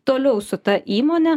toliau su ta įmone